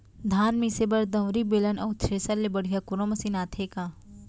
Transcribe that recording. धान मिसे बर दंवरि, बेलन अऊ थ्रेसर ले बढ़िया कोनो मशीन आथे का?